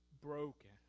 broken